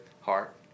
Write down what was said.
heart